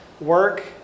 Work